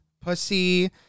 Pussy